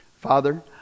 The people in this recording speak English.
Father